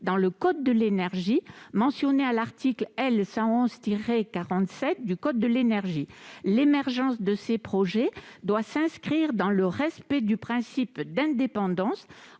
transport de gaz naturel mentionnées à l'article L. 111-47 du code de l'énergie. L'émergence de ces projets doit s'inscrire dans le respect du principe d'indépendance